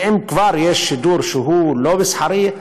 ואם כבר יש שידור שהוא לא מסחרי,